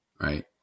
right